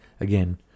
again